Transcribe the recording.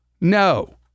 No